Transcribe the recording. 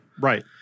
Right